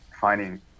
finding